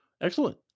excellent